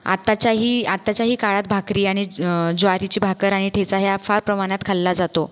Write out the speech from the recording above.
आत्ताच्याही आत्ताच्याही काळात भाकरी आणि ज्वारीची भाकर आणि ठेचा ह्या फार प्रमाणात खाल्ला जातो